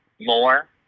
more